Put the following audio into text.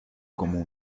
como